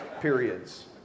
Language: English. periods